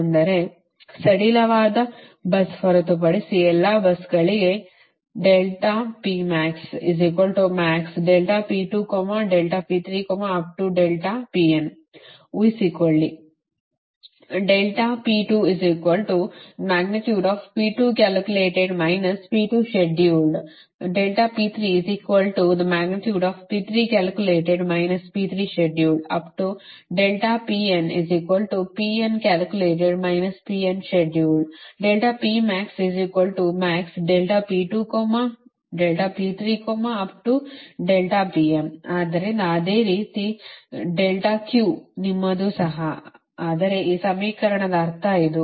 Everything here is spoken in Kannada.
ಅಂದರೆ ಸಡಿಲವಾದ bus ಹೊರತುಪಡಿಸಿ ಎಲ್ಲಾ busಗಳಿಗೆ ಊಹಿಸಿಕೊಳ್ಳಿ ಆದ್ದರಿಂದ ಅದೇ ರೀತಿ ನಿಮ್ಮದೂ ಸಹ ಅಂದರೆ ಈ ಸಮೀಕರಣದ ಅರ್ಥ ಇದು